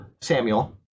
samuel